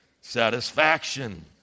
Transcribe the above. satisfaction